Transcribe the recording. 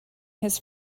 his